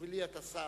בשבילי אתה שר,